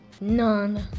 None